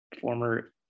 former